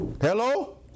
Hello